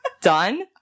Done